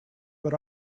but